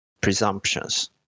presumptions